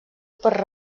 per